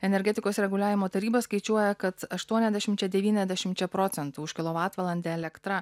energetikos reguliavimo taryba skaičiuoja kad aštuoniasdešimčia devyniasdešimčia procentų už kilovatvalandę elektra